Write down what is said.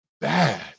bad